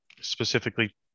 specifically